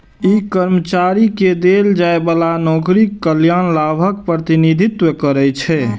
ई कर्मचारी कें देल जाइ बला नौकरीक कल्याण लाभक प्रतिनिधित्व करै छै